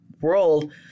world